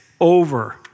over